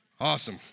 Awesome